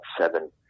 seven